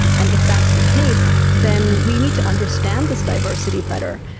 and if that's the case then we need to understand this diversity better.